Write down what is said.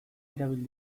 erabil